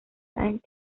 and